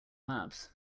maps